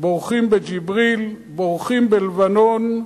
בורחים בג'יבריל, בורחים בלבנון,